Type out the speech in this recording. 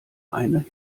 eine